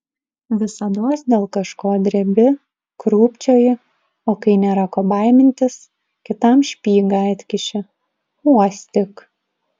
visados dėl kažko drebi krūpčioji o kai nėra ko baimintis kitam špygą atkiši uostyk